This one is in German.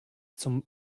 zum